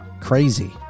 Crazy